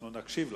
אנחנו נקשיב לך.